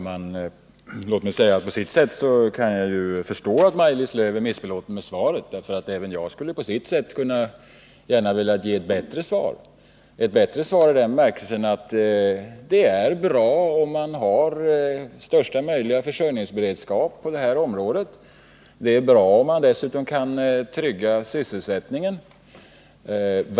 Herr talman! Jag kan i viss mån förstå att Maj-Lis Lööw är missbelåten med svaret. Även jag skulle gärna ha velat ge ett bättre svar ur den synpunkten att det är bra om man har största möjliga försörjningsberedskap på det här området. Det är bra om man dessutom kan trygga sysselsättningen.